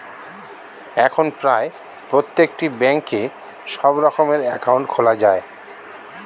এখন প্রায় প্রত্যেকটি ব্যাঙ্কে সব রকমের অ্যাকাউন্ট খোলা যায়